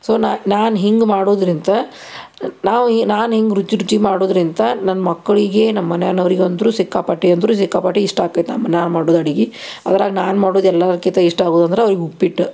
so ನಾ ನಾನು ಹಿಂಗೆ ಮಾಡುದ್ರಿಂದ ನಾವು ನಾನು ಹಿಂಗೆ ರುಚಿ ರುಚಿ ಮಾಡೋದ್ರಿಂದ ನನ್ನ ಮಕ್ಳಿಗೆ ನಮ್ಮ ಮನೆನವ್ರಿಗಂತು ಸಿಕ್ಕಾಪಟ್ಟೆ ಅಂತು ಸಿಕ್ಕಾಪಟ್ಟೆ ಇಷ್ಟ ಆಕ್ತೈತೆ ನಮ್ಮ ನಾ ಮಾಡುದು ಅಡಿಗೆ ಅದ್ರಾಗ ನಾನು ಮಾಡುದು ಎಲ್ಲದಕ್ಕಿಂತ ಇಷ್ಟವಾಗುದಂದ್ರೆ ಅವ್ರಿಗೆ ಉಪ್ಪಿಟ್ಟು